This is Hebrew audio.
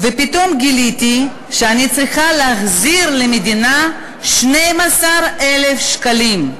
ופתאום גיליתי שאני צריכה להחזיר למדינה 12,000 שקלים.